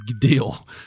deal